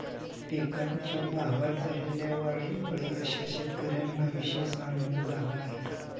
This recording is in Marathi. पिकांच्या भावात झालेल्या वाढीमुळे अशा शेतकऱ्यांना विशेष आनंद झाला आहे